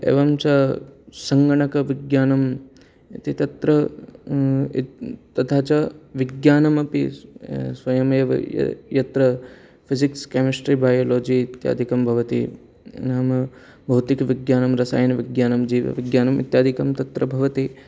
एवञ्च सङ्गणकविज्ञानम् इति तत्र तथा च विज्ञानमपि स्वयमेव यत्र फ़िजीक्स् केमिश्ट्रि बायोलजि इत्यादिकं भवति नाम भौतिकविज्ञानं रसायनविज्ञानं जीवविज्ञानम् इत्यादिकं तत्र भवति